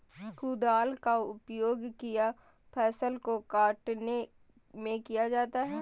कुदाल का उपयोग किया फसल को कटने में किया जाता हैं?